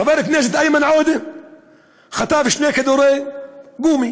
חבר הכנסת איימן עודה חטף שני כדורי גומי,